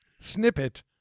Snippet